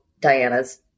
Diana's